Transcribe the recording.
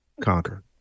conquer